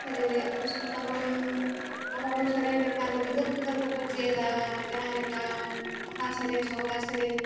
ᱥᱮᱨᱮᱧ ᱨᱮᱭᱟᱜ ᱦᱩᱫᱤᱥ ᱫᱚ ᱛᱟᱵᱚᱱ ᱟᱵᱚ ᱵᱚᱱ ᱥᱮᱨᱮᱧ ᱞᱮᱠᱷᱟᱱ ᱜᱤᱫᱟᱹᱨ ᱯᱤᱫᱟᱹᱨ ᱠᱚᱠᱚ ᱪᱮᱫᱟ ᱡᱟᱦᱟᱸ ᱞᱮᱠᱟ ᱵᱟᱦᱟ ᱥᱮᱨᱮᱧ ᱥᱚᱦᱨᱟᱭ ᱥᱮᱨᱮᱧ